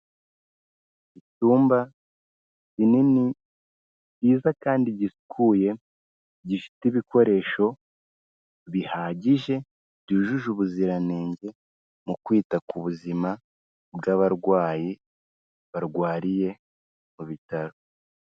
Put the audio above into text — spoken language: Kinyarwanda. Icyumba kinini kiza kandi gisukuye gifite ibikoresho bihagije byujuje ubuziranenge mu kwita ku buzima bwabarwayi barwariye mu bitaro.